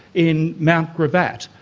in mount gravatt,